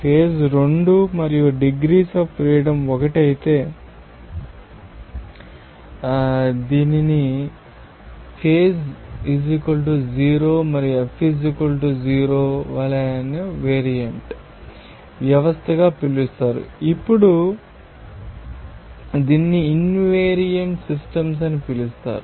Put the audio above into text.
phase 2 మరియు degrees of freedom 1 అయితే దీనిని ఫేజ్ 3 మరియు F 0 వలె యుని వేరియంట్ వ్యవస్థగా పిలుస్తారు అప్పుడు దీనిని ఇన్ వేరియంట్ సిస్టమ్స్ అని పిలుస్తారు